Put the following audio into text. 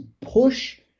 push